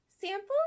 Sample